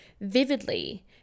vividly